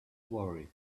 worry